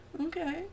Okay